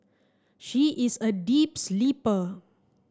she is a deep sleeper